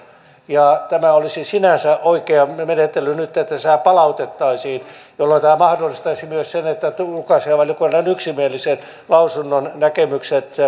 ja tämä olisi sinänsä oikea menettely nyt että se palautettaisiin jolloinka tämä mahdollistaisi myös sen että ulkoasiainvaliokunnan yksimielisen lausunnon näkemykset